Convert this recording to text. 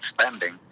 spending